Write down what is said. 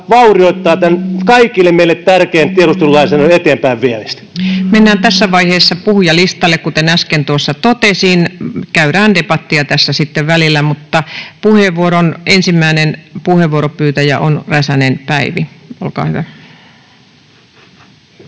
virkamiehistä annetun lain 9 §:n muuttamisesta Time: 17:06 Content: Mennään tässä vaiheessa puhujalistalle, kuten äsken tuossa totesin. Käydään debattia tässä sitten välillä, mutta ensimmäinen puheenvuoron pyytäjä on Räsänen Päivi. — Olkaa hyvä.